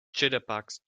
jitterbugs